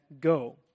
go